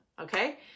Okay